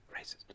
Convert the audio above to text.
Racist